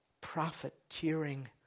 Profiteering